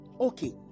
Okay